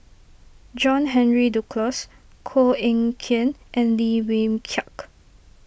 John Henry Duclos Koh Eng Kian and Lim Wee Kiak